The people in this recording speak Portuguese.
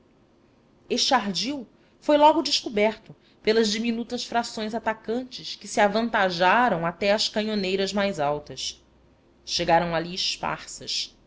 ardil foi logo descoberto pelas diminutas frações atacantes que se avantajaram até às canhoneiras mais altas chegaram ali